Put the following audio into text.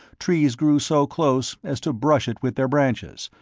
trees grew so close as to brush it with their branches,